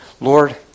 lord